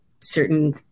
certain